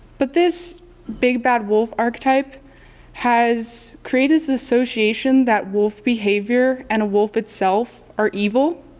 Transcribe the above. but this big bad wolf archetype has created this association that wolf behavior and a wolf itself are evil,